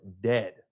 dead